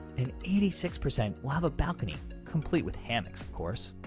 and eighty six percent will have a balcony complete with hammocks of course!